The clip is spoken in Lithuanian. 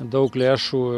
daug lėšų